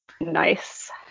Nice